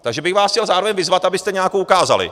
Takže bych vás chtěl zároveň vyzvat, abyste nějakou ukázali.